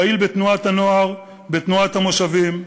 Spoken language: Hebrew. פעיל בתנועת-הנוער, בתנועת המושבים,